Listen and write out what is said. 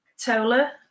Tola